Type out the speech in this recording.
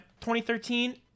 2013